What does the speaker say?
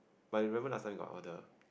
but remember last time got all the